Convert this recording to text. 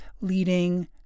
leading